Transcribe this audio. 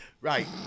right